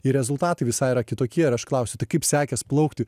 ir rezultatai visai yra kitokie ir aš klausiu tai kaip sekės plaukti